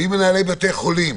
אם מנהלי בתי חולים